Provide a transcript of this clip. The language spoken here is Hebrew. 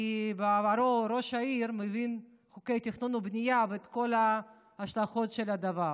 כי מעברו כראש העיר הוא מבין חוקי תכנון ובנייה ואת כל ההשלכות של הדבר.